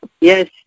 Yes